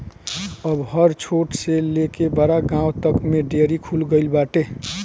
अब हर छोट से लेके बड़ गांव तक में डेयरी खुल गईल बाटे